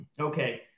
okay